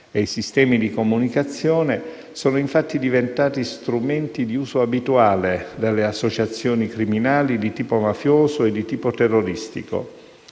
e i sistemi di comunicazione sono infatti diventati strumenti di uso abituale delle associazioni criminali di tipo mafioso e terroristico